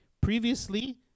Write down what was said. Previously